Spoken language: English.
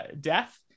death